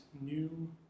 new